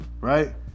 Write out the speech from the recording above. Right